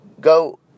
Go